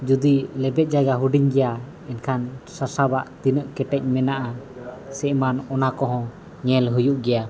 ᱡᱩᱫᱤ ᱞᱮᱵᱮᱫ ᱡᱟᱭᱜᱟ ᱦᱩᱰᱤᱧ ᱜᱮᱭᱟ ᱮᱱᱠᱷᱟᱱ ᱥᱟᱼᱥᱟᱵᱟᱜ ᱛᱤᱱᱟᱹᱜ ᱠᱮᱴᱮᱡᱽ ᱢᱮᱱᱟᱜᱼᱟ ᱥᱮ ᱮᱢᱟᱱ ᱚᱱᱟ ᱠᱚᱦᱚᱸ ᱧᱮᱞ ᱦᱩᱭᱩᱜ ᱜᱮᱭᱟ